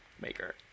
maker